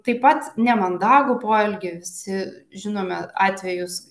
taip pat nemandagų poelgį visi žinome atvejus